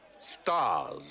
Stars